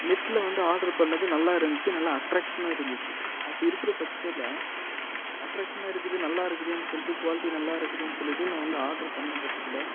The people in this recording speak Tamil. நெட்டில் வந்து ஆர்டர் பண்ணது நல்லா இருந்துச்சு நல்லா அட்ராக்ஷனாக இருந்துச்சு அப்படி இருக்கிற பட்சத்தில் அட்ராக்ஷனாக இருக்குது நல்லா இருக்குதுனு சொல்லிவிட்டு குவாலிட்டி நல்லா இருக்குதுனு சொல்லிவிட்டு நான் வந்து ஆர்டர் பண்ணபட்சத்தில்